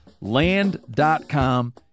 land.com